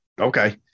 Okay